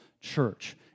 church